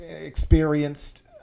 experienced